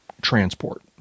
transport